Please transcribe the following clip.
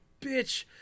bitch